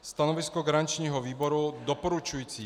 Stanovisko garančního výboru je doporučující.